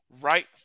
right